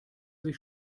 sich